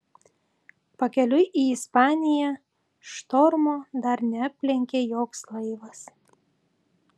pakeliui į ispaniją štormo dar neaplenkė joks laivas